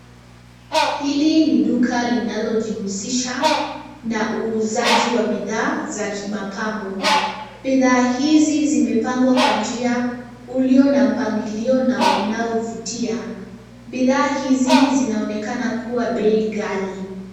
Hili ni duka linalojihusisha na uuzaji wa bidhaa za kimapambo. Bidhaa hizi zimepangwa kwa njia ulio na mpangilio na unaovutia. Bidhaa hizi zinaonekana kuwa bei ghali.